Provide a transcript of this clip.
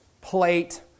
plate